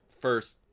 first